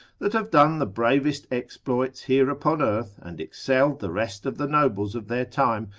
that have done the bravest exploits here upon earth, and excelled the rest of the nobles of their time,